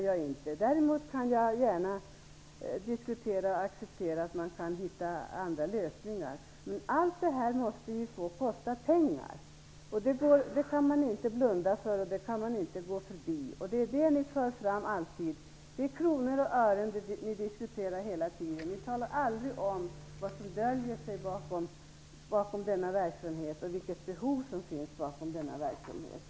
Jag kan diskutera möjligheter att hitta andra lösningar, men man kan inte blunda för att arbetet måste få kosta pengar. Ni diskuterar hela tiden kronor och ören men talar aldrig om vilka behov som ligger bakom verksamheten.